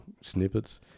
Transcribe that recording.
snippets